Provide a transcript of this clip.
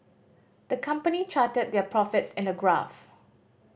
the company charted their profits in a graph